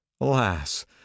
alas